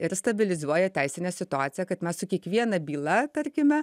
ir stabilizuoja teisinę situaciją kad mes su kiekviena byla tarkime